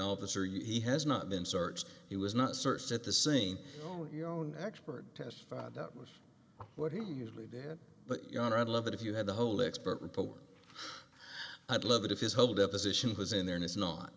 officer he has not been searched he was not searched at the scene oh your own expert testified that was what he usually did but i'd love it if you had the whole expert report i'd love it if his whole deposition was in there and it's not